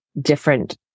different